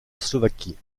slovaquie